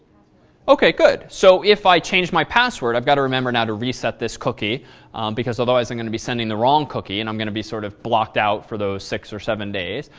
ok. good. so, if i change my password, i've got to remember now to reset this cookie because, although, it's and going to be sending the wrong cookie and i'm going to be sort of blocked out for those six or seven days.